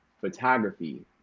photography